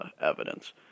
evidence